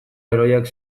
heroiak